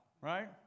right